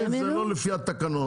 שזה לא לפי התקנון.